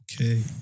Okay